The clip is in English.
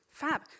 Fab